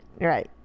Right